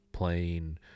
playing